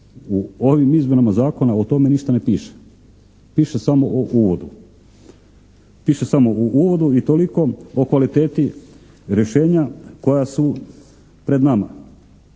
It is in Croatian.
U ovim izmjenama Zakona o tome ništa ne piše. Piše samo u uvodu i toliko o kvaliteti rješenja koja su pred nama.